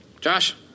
Josh